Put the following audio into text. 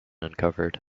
uncovered